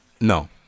No